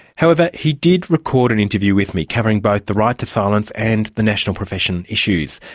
however he did record an interview with me, covering both the right to silence and the national profession issues.